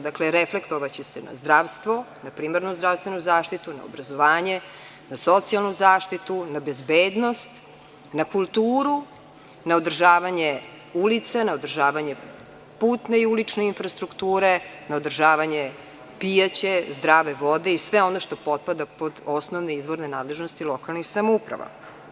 Dakle, reflektovaće se na zdravstvo, na primarnu zdravstvenu zaštitu, na obrazovanje, na socijalnu zaštitu, na bezbednost, na kulturu, na održavanje ulica, na održavanje putne i ulične infrastrukture, na održavanje pijaće zdrave vode i sve ono što potpada pod osnovne izvorne nadležnosti lokalnih samouprava.